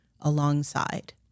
alongside